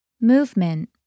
Movement